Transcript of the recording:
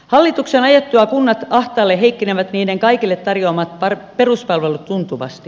hallituksen ajettua kunnat ahtaalle heikkenevät niiden kaikille tarjoamat peruspalvelut tuntuvasti